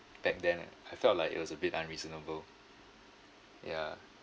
I think then I felt like it was a bit unreasonable yeah